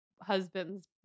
husband's